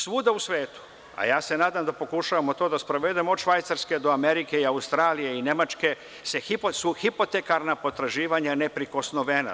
Svuda u svetu, a nadam se da pokušavamo to da sprovedemo, od Švajcarske do Amerike, Australije, Nemačke su hipotekarna potraživanja neprikosnovena.